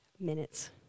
minutes